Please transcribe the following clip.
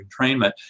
entrainment